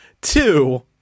Two